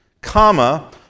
comma